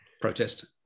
protest